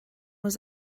was